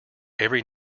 every